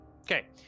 Okay